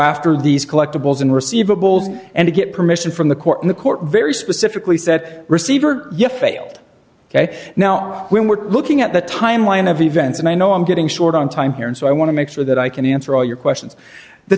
after these collectibles and receivables and get permission from the court and the court very specifically set receiver yet failed ok now when we're looking at the timeline of events and i know i'm getting short on time here and so i want to make sure that i can answer all your questions the